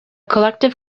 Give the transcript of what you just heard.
collective